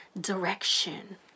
direction